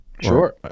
Sure